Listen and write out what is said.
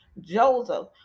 Joseph